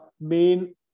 main